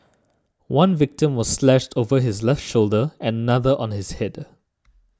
one victim was slashed over his left shoulder and another on his head